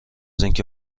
اینکه